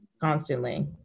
constantly